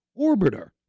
Orbiter